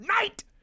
night